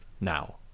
now